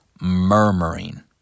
Murmuring